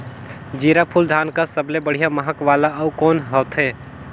जीराफुल धान कस सबले बढ़िया महक वाला अउ कोन होथै?